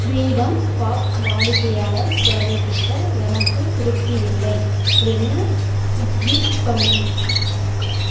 freedom pop வாடிக்கையாளர் சேவைகிட்ட எனக்கு திருப்தி இல்லை அப்படின்னு ட்வீட் பண்ணு